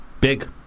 Big